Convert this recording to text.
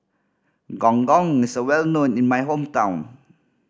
Gong Gong is well known in my hometown